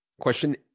Question